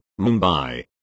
Mumbai